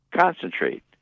concentrate